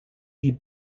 die